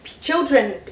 Children